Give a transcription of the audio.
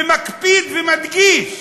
ומקפיד ומדגיש: